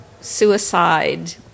suicide